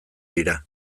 dira